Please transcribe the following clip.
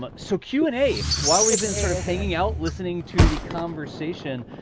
um so q and a, while we've been sort of hanging out, listening to the conversation,